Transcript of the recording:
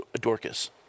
Dorcas